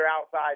outside